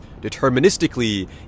deterministically